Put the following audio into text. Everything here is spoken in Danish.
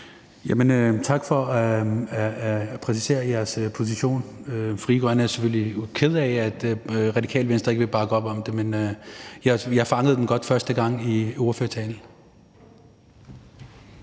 tak for at præcisere jeres position. Frie Grønne er selvfølgelig kede af, at Radikale Venstre ikke vil bakke op om det, men jeg fangede den godt første gang i ordførertalen.